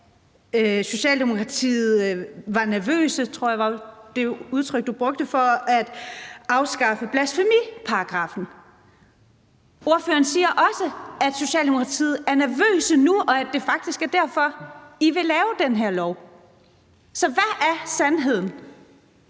Socialdemokratiet var nervøse – det tror jeg var det udtryk, du brugte – for at afskaffe blasfemiparagraffen. Ordføreren siger også, at Socialdemokratiet er nervøse nu, og at det faktisk er derfor, I vil lave den her lov. Så hvad er sandheden?